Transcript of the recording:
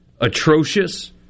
atrocious –